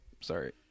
Sorry